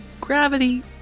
gravity